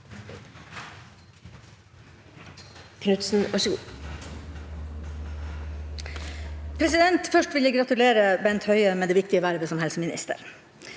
Først vil jeg gratulere Bent Høie med det viktige vervet som helseminister.